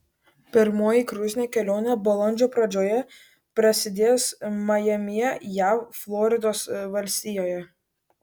pirmoji kruizinė kelionė balandžio pradžioje prasidės majamyje jav floridos valstijoje